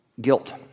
guilt